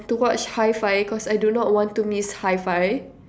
to watch high-five cause I do not want to miss high-five